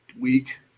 week